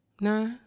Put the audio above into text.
Nah